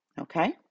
okay